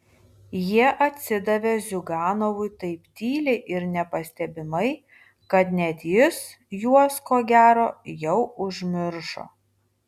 jie atsidavė ziuganovui taip tyliai ir nepastebimai kad net jis juos ko gero jau užmiršo